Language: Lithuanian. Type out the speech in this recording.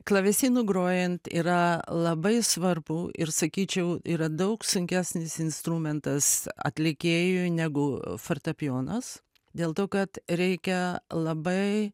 klavesinu grojant yra labai svarbu ir sakyčiau yra daug sunkesnis instrumentas atlikėjui negu fortepijonas dėl to kad reikia labai